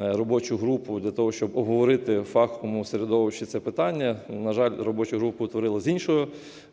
робочу групу для того, щоб обговорити у фаховому середовищі це питання. На жаль, робоча група утворилась